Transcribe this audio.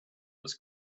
was